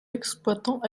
exploitants